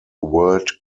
world